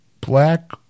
black